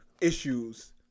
issues